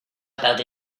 about